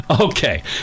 Okay